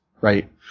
right